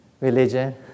religion